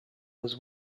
was